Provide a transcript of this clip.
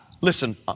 Listen